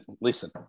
Listen